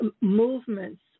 movements